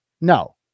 No